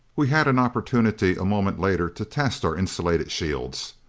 we had an opportunity a moment later to test our insulated shields.